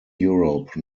europe